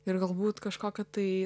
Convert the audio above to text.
ir galbūt kažkokio tai